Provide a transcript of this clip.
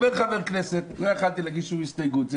אומר חבר כנסת לא יכולתי להגיש שום הסתייגות.